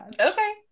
Okay